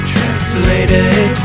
Translated